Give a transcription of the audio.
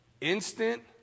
Instant